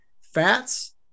fats